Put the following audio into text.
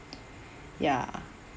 ya